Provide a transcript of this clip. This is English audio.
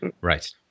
Right